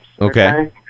Okay